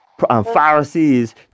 Pharisees